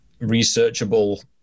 researchable